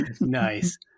Nice